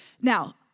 Now